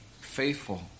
faithful